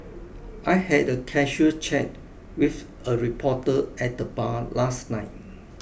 I had a casual chat with a reporter at the bar last night